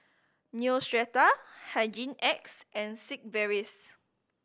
Neostrata Hygin X and Sigvaris